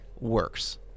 works